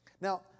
Now